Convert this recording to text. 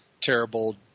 terrible